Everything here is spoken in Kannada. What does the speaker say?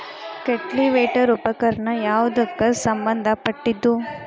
ಕಲ್ಟಿವೇಟರ ಉಪಕರಣ ಯಾವದಕ್ಕ ಸಂಬಂಧ ಪಟ್ಟಿದ್ದು?